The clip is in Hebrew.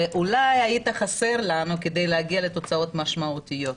ואולי היית חסר לנו כדי להגיע לתוצאות משמעותיות.